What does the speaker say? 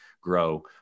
grow